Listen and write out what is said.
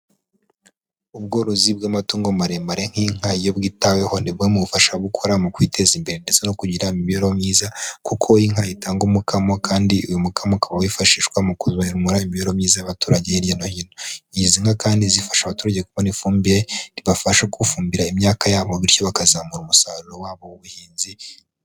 Ubworozi bw'amatungo maremare nk'inka, iyo bwitaweho ni bwo mubufasha gukora mu kwiteza imbere, ndetse no kugira imibereho myiza. Kuko inka itanga umukamo, kandi uyu mukamo ukaba wifashishwa mu kuzamura imibereho myiza y'abaturage. Hirya no hino izi nka kandi zifasha abaturage kubona ifumbire, ribafasha gufumbira imyaka yabo. Bityo bakazamura umusaruro wabo w'ubuhinzi.